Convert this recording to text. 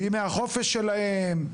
בימי החופש שלהם?